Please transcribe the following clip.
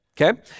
Okay